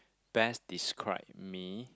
best describe me